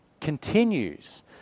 continues